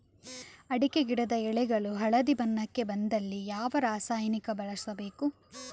ಅಡಿಕೆ ಗಿಡದ ಎಳೆಗಳು ಹಳದಿ ಬಣ್ಣಕ್ಕೆ ಬಂದಲ್ಲಿ ಯಾವ ರಾಸಾಯನಿಕ ಬಳಸಬೇಕು?